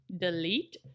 delete